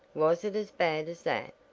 was it as bad as that?